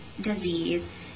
disease